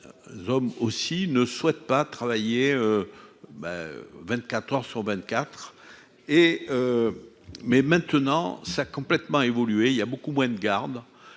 jeunes hommes aussi ne souhaite pas travailler bah 24 heures sur 24 et mais maintenant ça complètement évolué, il y a beaucoup moins de garde